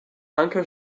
anker